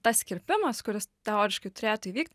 tas kirpimas kuris teoriškai turėtų įvykt